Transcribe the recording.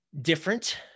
different